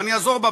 אני אעזור בה,